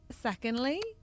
Secondly